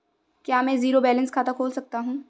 क्या मैं zero balance खाता खोल सकता हूँ?